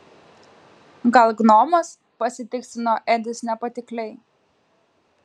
gal gnomas pasitikslino edis nepatikliai